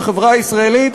בחברה הישראלית,